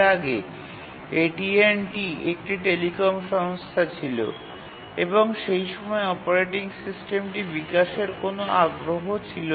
এর আগে A T T একটি টেলিকম সংস্থা ছিল এবং সেই সময়ে তাদের অপারেটিং সিস্টেমটি বিকাশের ক্ষেত্রে কোনও আগ্রহ ছিল না